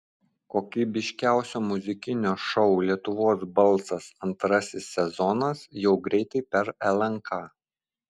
kokybiškiausio muzikinio šou lietuvos balsas antrasis sezonas jau greitai per lnk